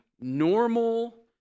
normal